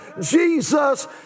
Jesus